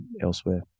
elsewhere